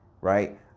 right